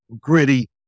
gritty